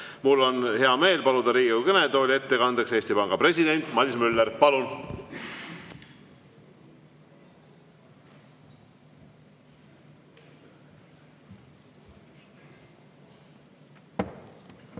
Mul on hea meel paluda Riigikogu kõnetooli ettekandeks Eesti Panga president Madis Müller. Palun!